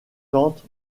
tente